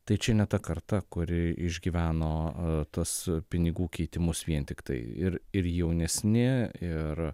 tai čia ne ta karta kuri išgyveno tuos pinigų keitimus vien tiktai ir ir jaunesni ir